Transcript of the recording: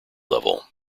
level